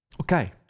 okay